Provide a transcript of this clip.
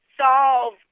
solve